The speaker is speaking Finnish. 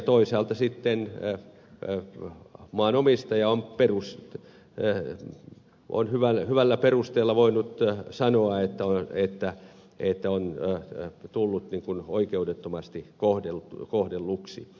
toisaalta sitten maanomistaja on hyvällä perusteella voinut sanoa että on tullut oikeudettomasti kohdelluksi